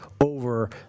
over